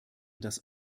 das